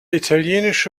italienische